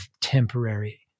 temporary